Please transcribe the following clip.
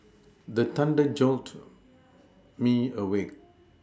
the thunder jolt me awake